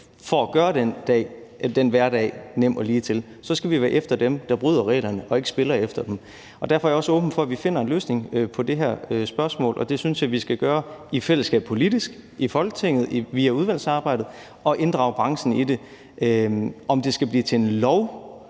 for at gøre den hverdag nem og ligetil være efter dem, der bryder reglerne og ikke spiller efter dem. Derfor er jeg også åben for, at vi finder en løsning på det her spørgsmål, og det synes jeg vi skal gøre i fællesskab politisk i Folketinget via udvalgsarbejdet og også inddrage branchen i det. I forhold til om det skal blive til en lov,